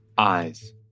eyes